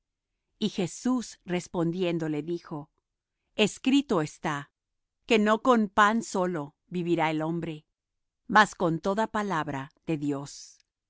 y jesús respondiéndole dijo escrito está que no con pan solo vivirá el hombre mas con toda palabra de dios